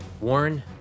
Warren